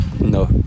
No